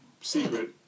secret